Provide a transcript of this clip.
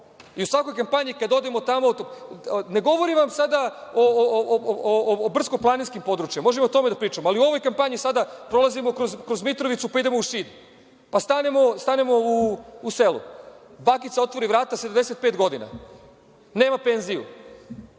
i u svakoj kampanji kada odemo, a ne govorim vam sada o brdsko-planinskim područjima, a možemo i o tome da pričamo, ali u ovoj kampanji sada prolazimo kroz Mitrovicu pa idemo u Šid, pa stanemo u selu, bakica otvori vrata, 75 godina, nema penziju.